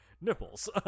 nipples